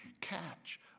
catch